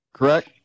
Correct